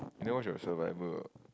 no what is survivor